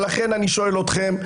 אבל לכן אני שואל אתכם,